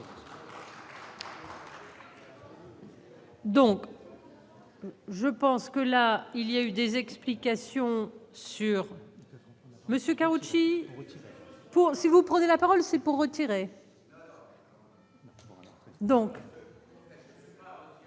Donc. Je pense que là il y a eu des explications sur. Monsieur Karoutchi pour si vous prenez la parole, c'est pour retirer. Donc.